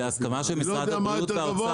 זה בהסכמה של משרד הבריאות והאוצר.